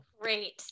great